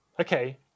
Okay